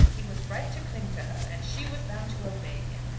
he was right to cling to her, and she was bound to obey him.